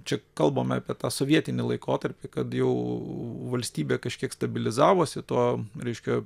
čia kalbame apie tą sovietinį laikotarpį kad jau valstybė kažkiek stabilizavosi tuo reiškia